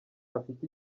afite